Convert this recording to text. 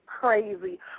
crazy